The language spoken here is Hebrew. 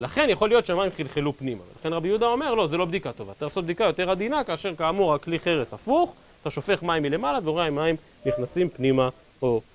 לכן יכול להיות שהמים חלחלו פנימה, ולכן רבי יהודה אומר לא, זו לא בדיקה טובה, צריך לעשות בדיקה יותר עדינה, כאשר כאמור הכלי חרס הפוך, אתה שופך מים מלמעלה ורואה אם המים נכנסים פנימה או